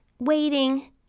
Waiting